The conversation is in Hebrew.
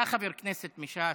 היה חבר כנסת מש"ס,